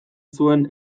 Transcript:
zuen